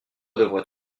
devrais